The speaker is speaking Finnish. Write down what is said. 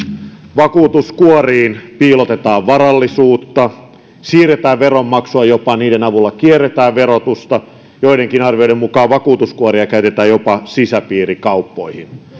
vakuutuskuoriin piilotetaan varallisuutta siirretään veronmaksua niiden avulla jopa kierretään verotusta joidenkin arvioiden mukaan vakuutuskuoria käytetään jopa sisäpiirikauppoihin